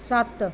ਸੱਤ